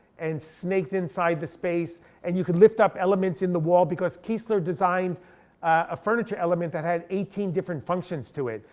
and snaked inside the space. and you could lift up elements in the wall, because kiesler designed a furniture element that had eighteen different functions to it.